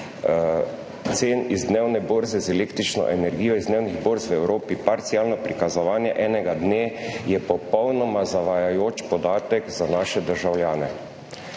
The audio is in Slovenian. cen iz dnevne borze z električno energijo, iz dnevnih borz v Evropi. Parcialno prikazovanje enega dne je popolnoma zavajajoč podatek za naše državljane.